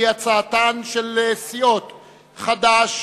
והיא הצעתן של סיעות חד"ש,